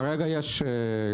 כרגע יש את סעיף (6).